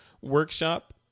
workshop